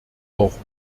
auch